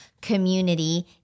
community